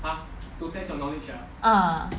ah